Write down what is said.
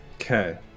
Okay